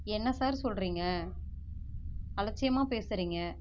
என்ன சார் சொல்லுறீங்க அலட்சியமாக பேசுறீங்க